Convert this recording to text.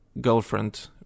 girlfriend